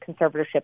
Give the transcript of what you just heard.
conservatorship